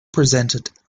presented